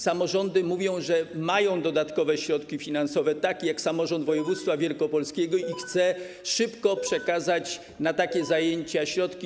Samorządy mówią, że mają dodatkowe środki finansowe, tak jak samorząd województwa wielkopolskiego, który chce szybko przekazać na takie zajęcia środki.